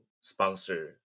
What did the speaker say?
sponsor